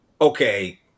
Okay